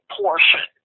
portion